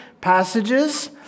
passages